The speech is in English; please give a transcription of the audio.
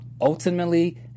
Ultimately